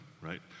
right